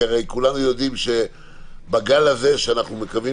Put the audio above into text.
כי הרי כולנו יודעים שהגל הזה שאנחנו מקווים